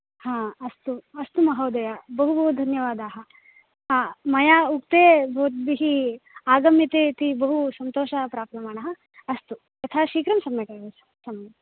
हा अस्तु अस्तु महोदय बहु बहु धन्यवादाः हा मया उक्ते भवद्भिः आगम्यते इति बहु सन्तोषः प्राप्यमाणः अस्तु यथाशीघ्रं सम्यक् वदन्तु सम्यक्